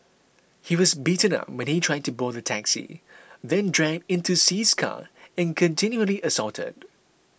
he was beaten up when he tried to board the taxi then dragged into Sea's car and continually assaulted